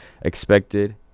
expected